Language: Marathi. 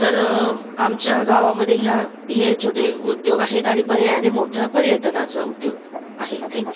तर आमच्या गावामध्ये ह्या हे छोटे उद्योग आहेत आणि पर्यायाने मोठं पर्यटनाचं उद्योग आहे थँक्यू